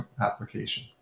application